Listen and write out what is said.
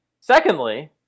Secondly